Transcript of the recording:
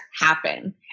happen